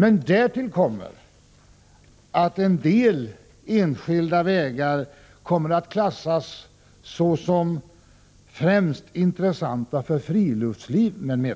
Men därtill kommer att en del enskilda vägar kommer att klassas såsom intressanta främst för friluftsliv m.m.